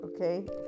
okay